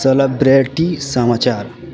celebrity समाचार